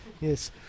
Yes